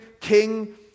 king